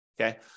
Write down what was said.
okay